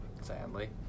Sadly